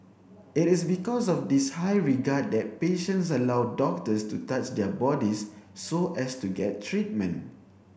it is because of this high regard that patients allow doctors to touch their bodies so as to get treatment